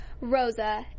Rosa